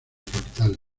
capital